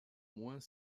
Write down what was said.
moins